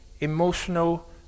emotional